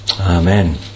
Amen